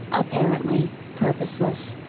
apparently, purposeless.